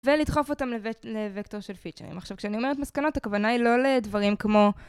ולדחוף אותם לווקטור של פיצ'רים. עכשיו, כשאני אומרת מסקנות, הכוונה היא לא לדברים כמו...